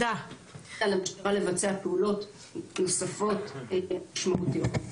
על המשטרה לבצע פעולות נוספות משמעותיות.